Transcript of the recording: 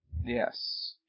Yes